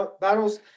battles